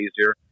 easier